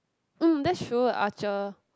um that's true a archer